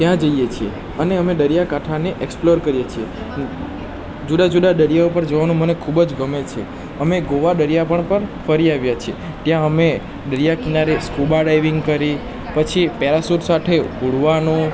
ત્યાં જઈએ છીએ અને અમે દરિયા કાંઠાને એક્સપ્લોર કરીએ છીએ જુદા જુદા દરિયા ઉપર જવાનું મને ખૂબ જ ગમે છે અમે ગોવા દરિયા પર પણ ફરી આવ્યા છીએ ત્યાં અમે દરિયા કિનારે સ્કૂબા ડાઇવિંગ કરી પછી પેરાસૂટ સાથે ઉડવાનું